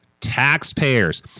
Taxpayers